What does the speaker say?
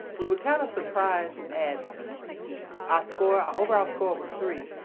we were kind of surprised at our score. our overall score was three,